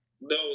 No